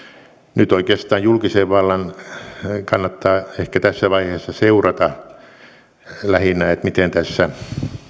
nyt oikeastaan julkisen vallan kannattaa ehkä tässä vaiheessa lähinnä seurata miten tässä